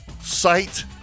site